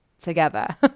together